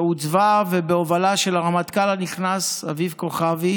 שעוצבה, ובהובלה של הרמטכ"ל הנכנס אביב כוכבי